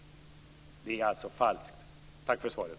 Det är alltså falskt? Tack för svaret!